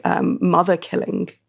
mother-killing